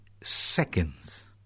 seconds